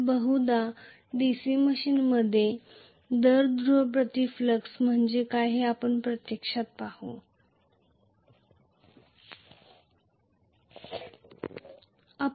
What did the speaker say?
तर बहुदा DC मशिनमधे दर ध्रुव प्रति फ्लक्स म्हणजे काय हे आपण प्रत्यक्षात पाहू या